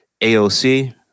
AOC